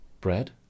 bread